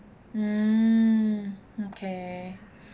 mm okay